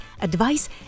advice